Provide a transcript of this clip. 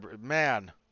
man